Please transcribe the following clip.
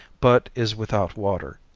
but is without water.